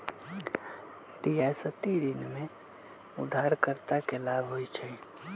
रियायती ऋण में उधारकर्ता के लाभ होइ छइ